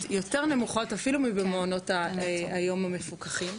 יותר נמוכות אפילו ממעונות היום המפוקחים,